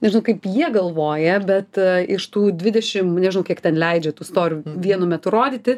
nežinau kaip jie galvoja bet iš tų dvidešim nežinau kiek ten leidžia tų storių vienu metu rodyti